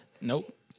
Nope